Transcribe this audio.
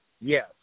Yes